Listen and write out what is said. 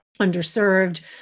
underserved